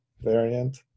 variant